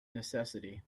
necessity